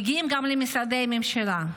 מגיעים גם למשרדי ממשלה,